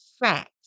fact